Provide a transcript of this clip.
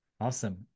Awesome